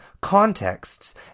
contexts